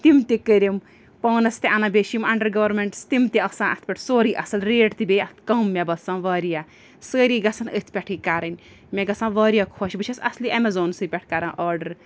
تِم تہِ کٔرِم پانَس تہِ اَنان بیٚیہِ چھِ یِم اَنڈَر گارمنٹٕس تِم تہِ آسان اَتھ پٮ۪ٹھ سورُے اَصٕل ریٹ تہِ بیٚیہِ اَتھ کَم مےٚ باسان واریاہ سٲری گژھن أتھۍ پٮ۪ٹھٕے کَرٕنۍ مےٚ گَژھان واریاہ خۄش بہٕ چھَس اَصلی ایٚمیزانسٕے پٮ۪ٹھ کَران آرڈَر